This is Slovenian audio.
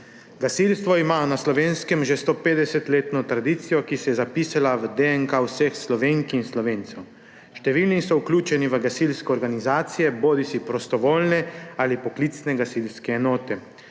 Gasilstvo ima na Slovenskem že 150-letno tradicijo, ki se je zapisala v DNK vseh Slovenk in Slovencev. Številni so vključeni v gasilske organizacije, bodisi prostovoljne bodisi poklicne gasilske enote.